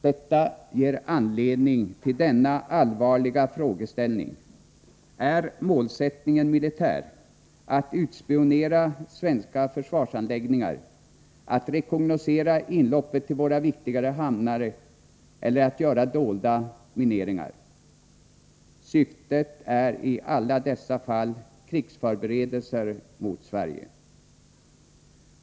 Detta ger anledning till denna allvarliga frågeställning: Är målsättningen militär — att utspionera svenska försvarsanläggningar, att rekognoscera inloppet till våra viktigare hamnar eller att göra dolda mineringar? Syftet är i alla dessa fall krigsförberedelser mot Sverige.